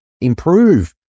improve